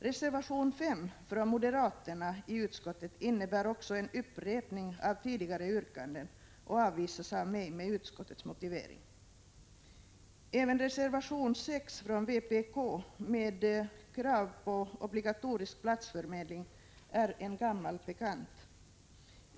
Reservation 5 från moderaterna i utskottet innebär också en upprepning av tidigare yrkanden och avvisas av mig med utskottets motivering. Även reservation 6 från vpk med krav på obligatorisk platsförmedling är en gammal bekant.